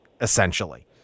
essentially